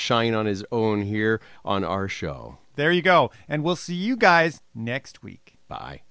shine on his own here on our show there you go and we'll see you guys next week by